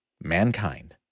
mankind